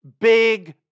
big